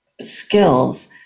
skills